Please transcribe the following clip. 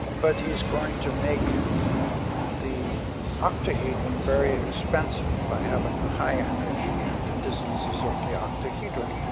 but he's going to make the octahedron very expensive by having a higher energy at the distances of the octahedron,